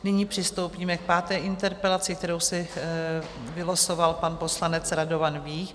Nyní přistoupíme k páté interpelaci, kterou si vylosoval pan poslanec Radovan Vích.